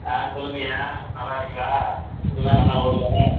ஆ சொல்லுங்கய்யா நல்லாருக்கீங்களா மிசின்லாம் நல்லா ஓடுதா